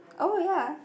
oh ya